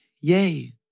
yay